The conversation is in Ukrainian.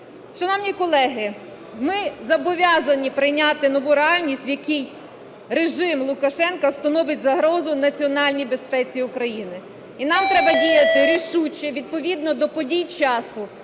Шановні колеги, ми зобов'язані прийняти нову реальність, в якій режим Лукашенка становить загрозу національній безпеці України. І нам треба діяти рішуче, відповідно до подій часу